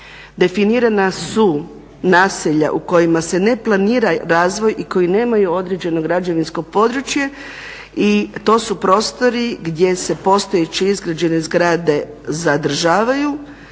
definirana su naselja u kojima se ne planira razvoj i koji nemaju određeno građevinskog područje i to su prostori gdje se postojeće izgrađene zgrade zadržavaju